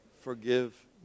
forgive